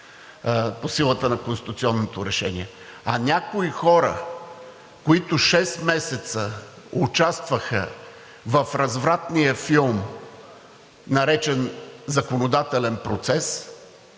по силата на конституционното решение. А за някои хора, които шест месеца участваха в развратния филм, наречен законодателен процес,